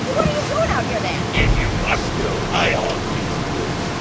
what what are you doing out here then? if you must know i haunt these woods.